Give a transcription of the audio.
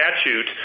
statute